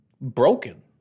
broken